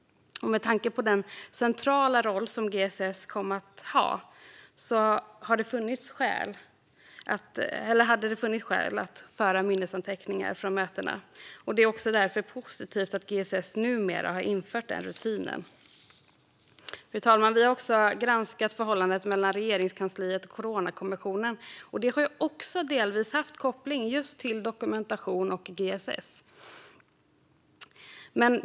Med tanke på den centrala roll GSS kom att ha hade det funnits skäl att föra minnesanteckningar från mötena. Det är därför positivt att GSS numera infört denna rutin. Fru talman! Vi har också granskat förhållandet mellan Regeringskansliet och Coronakommissionen, och det har också delvis haft koppling till dokumentation och GSS.